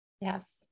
Yes